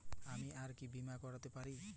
আমি আর কি বীমা করাতে পারি?